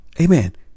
Amen